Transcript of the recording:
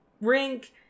rink